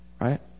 right